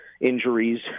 injuries